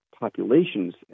populations